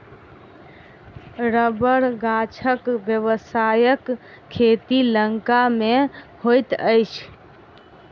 रबड़ गाछक व्यवसायिक खेती लंका मे होइत अछि